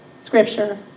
scripture